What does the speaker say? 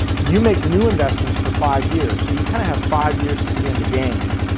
you make new investments for five years, so you kind of have five years to be in the game.